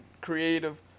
creative